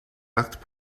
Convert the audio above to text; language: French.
actes